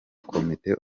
komite